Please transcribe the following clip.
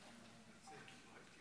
אדוני היושב בראש,